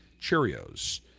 Cheerios